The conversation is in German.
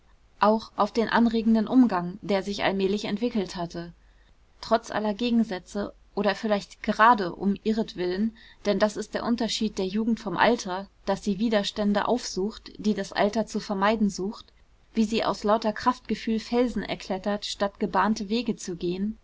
auch auf den anregenden umgang der sich allmählich entwickelt hatte trotz aller gegensätze oder vielleicht grade um ihretwillen denn das ist der unterschied der jugend vom alter daß sie widerstände aufsucht die das alter zu vermeiden sucht wie sie aus lauter kraftgefühl felsen erklettert statt gebahnte wege zu gehen